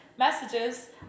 messages